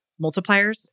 Multipliers